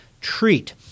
treat